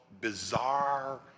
bizarre